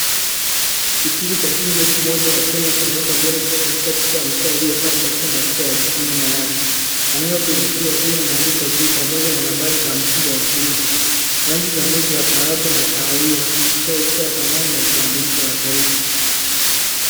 Kifungu cha shilingi alfu moja ya Kenya kimewekwa mbele kikionyesha picha ya mzee aliyevaa kofia na sura ya jiji nyuma yake. Maneno benki kuu ya Kenya yameandikwa juu pamoja na nambari za msimbo wa mfulizo. Rangi za noti za dhahabu na kahawia zikitoa hisia dhamani na utambulisho wa taifa.